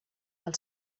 del